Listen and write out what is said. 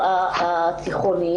מי שתגידי,